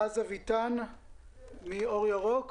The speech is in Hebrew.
רז אביטן מאור ירוק.